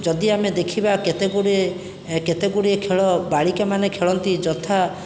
ଯଦି ଆମେ ଦେଖିବା କେତେଗୁଡ଼ିଏ କେତେଗୁଡ଼ିଏ ଖେଳ ବାଳିକାମାନେ ଖେଳନ୍ତି ଯଥା